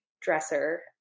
dresser